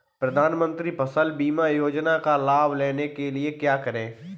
प्रधानमंत्री फसल बीमा योजना का लाभ लेने के लिए क्या करें?